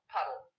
Puddle